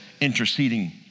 interceding